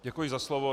Děkuji za slovo.